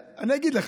בעזרת השם,